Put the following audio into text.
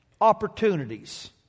opportunities